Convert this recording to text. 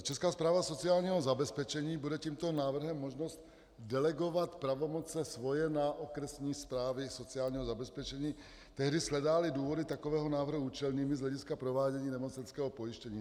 Česká správa sociálního zabezpečení bude tímto návrhem možnost delegovat pravomoci svoje na okresní správy sociálního zabezpečení tehdy, shledáli důvody takového návrhu účelnými z hlediska provádění nemocenského pojištění.